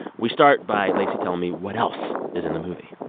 we start by lacey telling me what else is in the movie